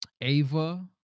Ava